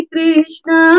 Krishna